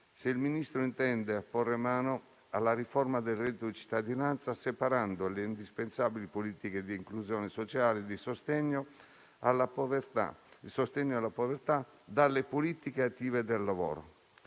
se il Ministro intenda porre mano alla riforma del reddito di cittadinanza, separando le indispensabili politiche di inclusione sociale e di sostegno alla povertà dalle politiche attive del lavoro;